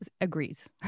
agrees